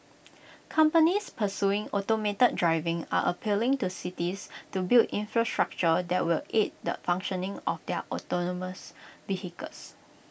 companies pursuing automated driving are appealing to cities to build infrastructure that will aid the functioning of their autonomous vehicles